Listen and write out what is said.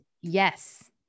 Yes